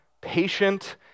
patient